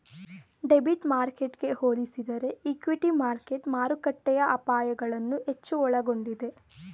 debit ಮಾರ್ಕೆಟ್ಗೆ ಹೋಲಿಸಿದರೆ equity market ಮಾರುಕಟ್ಟೆಯ ಅಪಾಯಗಳನ್ನು ಹೆಚ್ಚು ಒಳಗೊಂಡಿದೆ